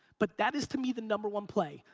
but that is to me the number one play.